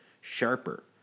sharper